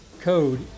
code